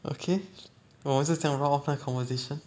okay 我们 just 这样我 off 那个 conversation